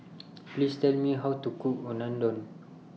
Please Tell Me How to Cook Unadon